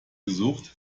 gesucht